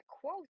quote